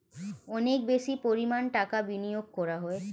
অনেক বেশি পরিমাণ টাকা বিনিয়োগ করা হয়